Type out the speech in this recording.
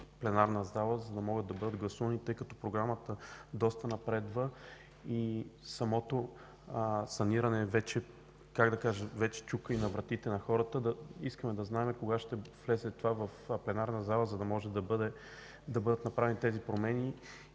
пленарната зала, за да бъдат гласувани, тъй като програмата доста напредва и самото саниране вече чука на вратите на хората. Искаме да знаем кога ще влезе това в пленарната зала, за да бъдат направени тези промени,